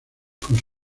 con